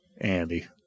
Andy